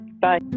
bye